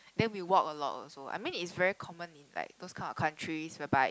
then we walk a lot also I mean it's very common in like those kind of countries whereby